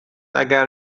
اگر